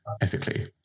ethically